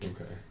Okay